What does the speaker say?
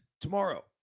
tomorrow